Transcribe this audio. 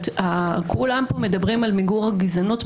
כולם פה מדברים על מיגור הגזענות,